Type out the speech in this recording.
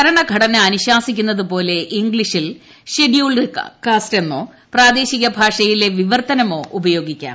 ഭരണഘടന അനുശാസിക്കുന്നതുപോലെ ഇംഗ്ളീഷിൽ ഷെഡ്യൂൾഡ് കാസ്റ്റെന്നോ പ്രാദേശിക ഭാഷയിലെ വിവർത്തനമോ ഉപയോഗിക്കണം